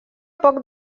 poc